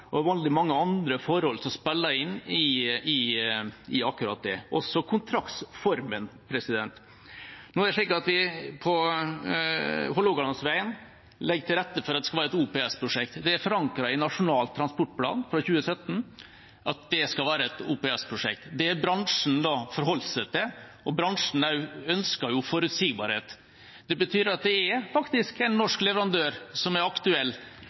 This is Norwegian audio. og veldig mange andre forhold som spiller inn i det – også kontraktsformen. På Hålogalandsvegen legger vi til rette for at det skal være et OPS-prosjekt. Det er forankret i Nasjonal transportplan fra 2017 at det skal være et OPS-prosjekt. Det har bransjen forholdt seg til, og bransjen også ønsker forutsigbarhet. Det betyr at det faktisk er en norsk leverandør som er aktuell